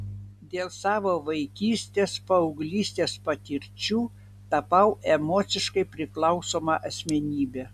dėl savo vaikystės paauglystės patirčių tapau emociškai priklausoma asmenybe